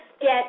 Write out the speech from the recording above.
get